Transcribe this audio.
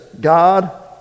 God